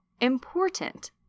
important